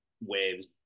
waves